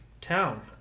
town